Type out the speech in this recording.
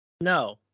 no